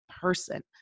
person